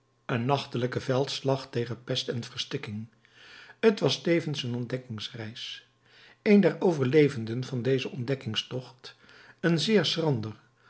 een nachtelijke veldslag tegen pest en verstikking t was tevens een ontdekkingsreis een der overlevenden van dezen ontdekkingstocht een zeer schrander